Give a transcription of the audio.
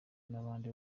n’abandi